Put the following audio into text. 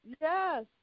Yes